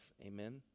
Amen